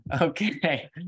Okay